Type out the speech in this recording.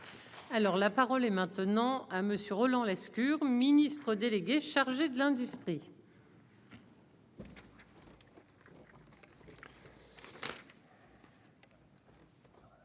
Alors la parole est maintenant à monsieur Roland Lescure Ministre délégué chargé de l'industrie.